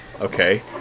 Okay